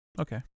Okay